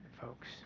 folks